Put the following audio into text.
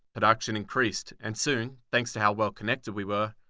production increased and soon, thanks to how well connected we were,